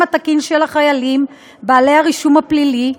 התקין של החיילים בעלי הרישום הפלילי,